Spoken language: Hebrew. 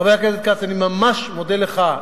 חבר הכנסת כץ, אני ממש מודה לך.